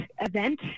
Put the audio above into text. event